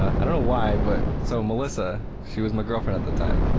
i don't know why but so, melissa, she was my girlfriend at the time,